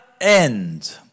end